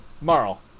Marl